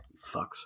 Fucks